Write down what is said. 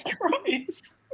Christ